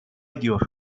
ediyor